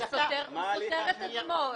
הוא סותר את עצמו.